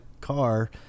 car